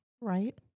right